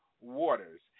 waters